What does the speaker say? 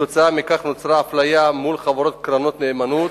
וכתוצאה מכך נוצרה אפליה מול חברות קרנות נאמנות